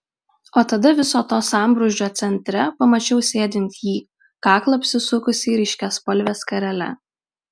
o tada viso to sambrūzdžio centre pamačiau sėdint jį kaklą apsisukusį ryškiaspalve skarele